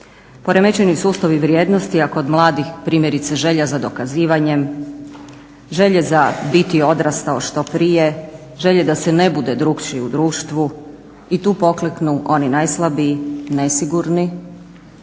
Poremećeni sustavi vrijednosti, a kod mladih primjerice želja za dokazivanjem, želje za biti odrastao što prije, želje da se ne bude drukčiji u društvu i tu pokleknu oni najslabiji nesigurni